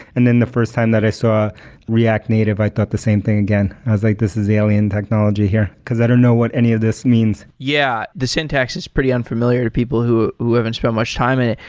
and then the first time that i saw react native, i thought the same thing again. i was like, this is alien technology here, because i don't know what any of this means yeah. the syntax is pretty unfamiliar to people who who haven't spent much time in it.